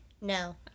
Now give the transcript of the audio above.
No